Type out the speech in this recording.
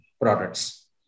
products